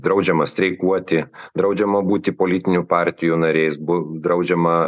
draudžiama streikuoti draudžiama būti politinių partijų nariais draudžiama